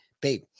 babe